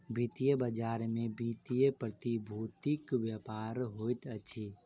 वित्तीय बजार में वित्तीय प्रतिभूतिक व्यापार होइत अछि